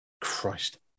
Christ